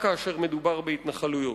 רק כאשר מדובר בהתנחלויות.